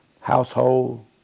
Household